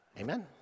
Amen